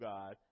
God